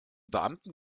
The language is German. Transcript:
beamten